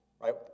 right